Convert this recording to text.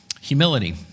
Humility